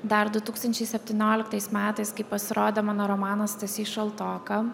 dar du tūkstančiai septynioliktais metais kai pasirodė mano romanas stasys šaltoka